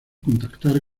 contactar